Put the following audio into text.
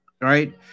right